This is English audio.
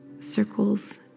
circles